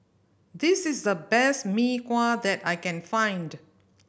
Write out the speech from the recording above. this is the best Mee Kuah that I can find